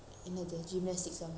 three four hundred dollars